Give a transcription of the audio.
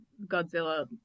Godzilla